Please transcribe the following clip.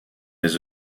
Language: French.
les